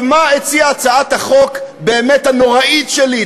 מה הציעה הצעת החוק הבאמת-נוראית שלי?